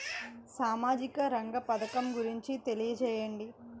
సామాజిక రంగ పథకం గురించి తెలియచేయండి?